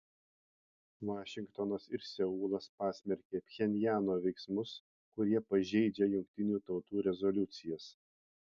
vašingtonas ir seulas pasmerkė pchenjano veiksmus kurie pažeidžia jungtinių tautų rezoliucijas